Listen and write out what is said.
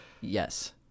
Yes